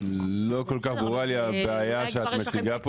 לא כל כך ברורה לי הבעיה שאת מציגה פה.